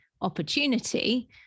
opportunity